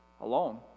alone